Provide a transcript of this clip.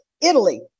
Italy